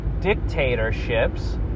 dictatorships